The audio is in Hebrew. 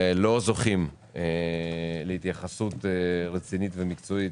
ולא זוכים להתייחסות רצינית ומקצועית,